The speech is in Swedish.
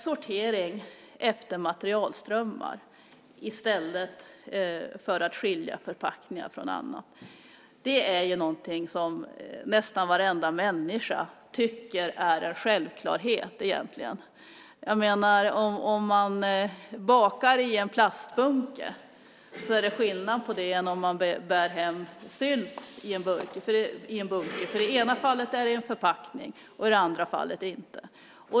Sortering efter materialströmmar i stället för att skilja förpackningar från annat är någonting som nästan varenda människa tycker är en självklarhet. Om man bakar i en plastbunke är det skillnad mot om man bär hem sylt i en bunke. I det ena fallet är det en förpackning och i det andra fallet inte.